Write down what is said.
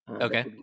Okay